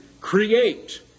create